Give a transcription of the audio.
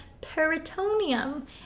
peritoneum